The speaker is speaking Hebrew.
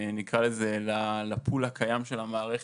נקרא לזה לפול הקיים של המערכת,